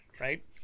right